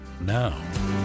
now